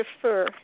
prefer